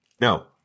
No